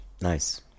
Nice